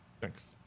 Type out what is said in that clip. Thanks